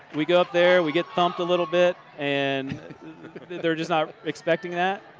we go up there, we get pumped a little bit. and they're just not expecting that.